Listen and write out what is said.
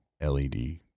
led